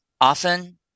often